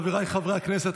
חבריי חברי הכנסת,